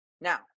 now